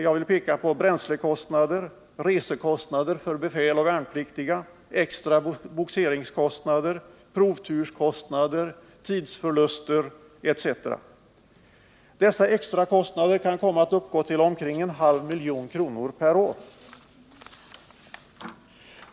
Jag vill peka på bränslekostnader, resekostnader för befäl och värnpliktiga, extra bogserkostnader, provturskostnader, tidsförluster etc. Dessa extra kostnader kan komma att uppgå till omkring en halv miljon kronor per år.